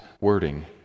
wording